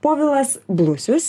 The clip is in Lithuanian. povilas blusius